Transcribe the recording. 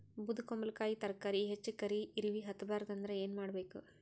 ಬೊದಕುಂಬಲಕಾಯಿ ತರಕಾರಿ ಹೆಚ್ಚ ಕರಿ ಇರವಿಹತ ಬಾರದು ಅಂದರ ಏನ ಮಾಡಬೇಕು?